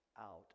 out